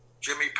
Jimmy